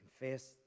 Confess